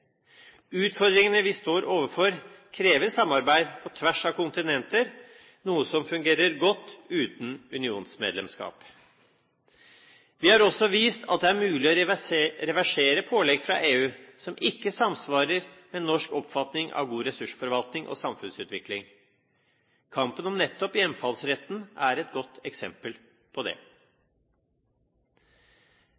Utfordringene vi står overfor, krever samarbeid på tvers av kontinenter, noe som fungerer godt uten unionsmedlemskap. Vi har også vist at det er mulig å reversere pålegg fra EU som ikke samsvarer med norsk oppfatning av god ressursforvaltning og samfunnsutvikling. Kampen om nettopp hjemfallsretten er et godt eksempel på det.